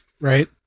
right